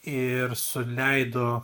ir suleido